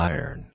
Iron